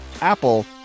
Apple